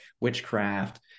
witchcraft